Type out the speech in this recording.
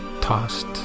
tossed